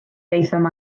daethom